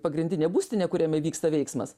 pagrindinė būstinė kuriame vyksta veiksmas